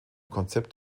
konzept